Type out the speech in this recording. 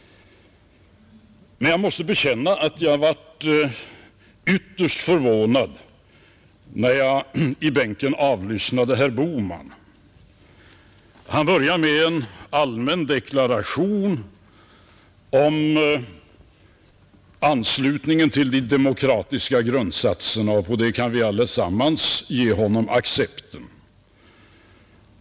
Jag måste emellertid bekänna att jag blev ytterst förvånad när jag i bänken avlyssnade herr Bohmans anförande. Han började med en allmän deklaration om anslutningen till de demokratiska grundsatserna — på den kan vi allesammans ge honom accept.